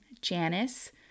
Janice